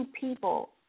people